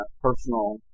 personal